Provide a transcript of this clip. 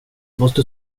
måste